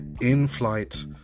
in-flight